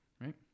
Right